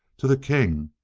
to the king,